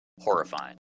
horrifying